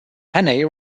hannay